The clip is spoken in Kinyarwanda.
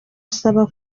asaba